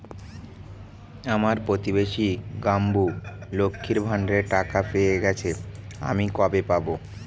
আমার প্রতিবেশী গাঙ্মু, লক্ষ্মীর ভান্ডারের টাকা পেয়ে গেছে, আমি কবে পাব?